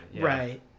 right